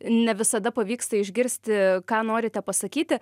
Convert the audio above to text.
ne visada pavyksta išgirsti ką norite pasakyti